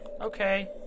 okay